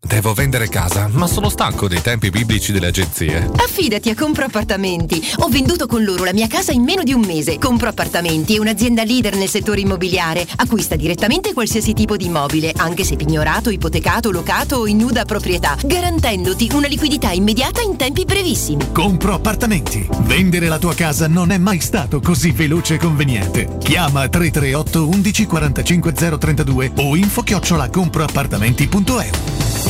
Devo vendere casa, ma sono stanco dei tempi biblici delle agenzie. Affidati a Compro Appartamenti. Ho venduto con loro la mia casa in meno di un mese. Compro Appartamenti è un'azienda leader nel settore immobiliare. Acquista direttamente qualsiasi tipo di immobile, anche se pignorato, ipotecato, locato o in nuda proprietà, garantendoti una liquidità immediata in tempi brevissimi. Compro Appartamenti. Vendere la tua casa non è mai stato così veloce e conveniente. Chiama 338 11 45 032 o info-chiocciola-compro-appartamenti.eu.